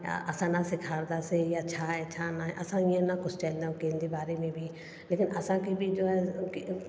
असां न सेखारंदासीं या छा आहे छा न आहे असां हीअं न कुझु चवंदा आहियूं कंहिंजे बारे में बि लेकिनि असांखे बि जो आहे